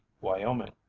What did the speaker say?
Wyoming